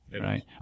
right